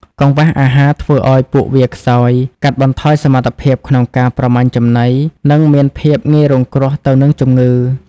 កង្វះអាហារធ្វើឲ្យពួកវាខ្សោយ កាត់បន្ថយសមត្ថភាពក្នុងការប្រមាញ់ចំណី និងមានភាពងាយរងគ្រោះទៅនឹងជំងឺ។